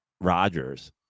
Rodgers